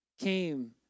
came